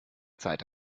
zeit